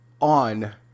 on